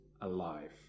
alive